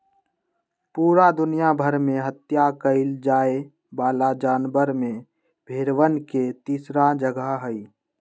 पूरा दुनिया भर में हत्या कइल जाये वाला जानवर में भेंड़वन के तीसरा जगह हई